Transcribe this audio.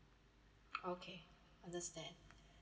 okay understand